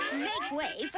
make way for